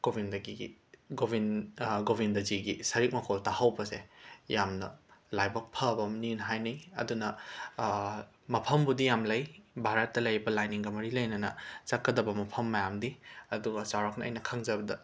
ꯒꯣꯕꯤꯟꯗꯒꯤꯒꯤ ꯒꯣꯕꯤꯟꯗ ꯒꯣꯕꯤꯟꯗꯖꯤꯒꯤ ꯁꯔꯤꯛ ꯃꯈꯣꯜ ꯇꯥꯍꯧꯕꯁꯦ ꯌꯥꯝꯅ ꯂꯥꯏꯕꯛ ꯐꯕ ꯑꯝꯅꯦꯅ ꯍꯥꯏꯅꯩ ꯑꯗꯨꯅ ꯃꯐꯝꯕꯨꯗꯤ ꯌꯥꯝꯅ ꯂꯩ ꯚꯥꯔꯠꯇ ꯂꯩꯕ ꯂꯥꯏꯅꯤꯡꯒ ꯃꯔꯤ ꯂꯩꯅꯅ ꯆꯠꯀꯗꯕ ꯃꯐꯝ ꯃꯌꯥꯝꯗꯤ ꯑꯗꯨꯒ ꯆꯥꯎꯔꯥꯛꯅ ꯑꯩꯅ ꯈꯪꯖꯕꯗ